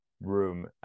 room